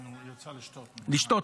יצא לשתות.